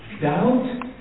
Doubt